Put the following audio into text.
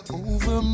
over